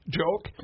joke